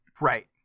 Right